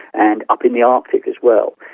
and up in the arctic as well,